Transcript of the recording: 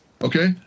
okay